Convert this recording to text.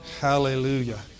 Hallelujah